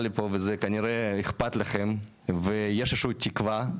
לפה וזה כנראה אכפת לכם ויש איזושהי תקווה,